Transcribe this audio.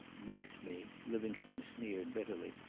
miss me! livingstone sneered bitterly.